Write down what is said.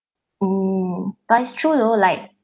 oh but it's true though like